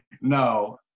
no